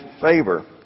favor